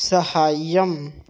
सहाय्यम्